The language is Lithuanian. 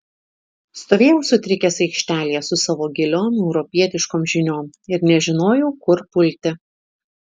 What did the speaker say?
stovėjau sutrikęs aikštelėje su savo giliom europietiškom žiniom ir nežinojau kur pulti